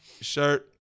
Shirt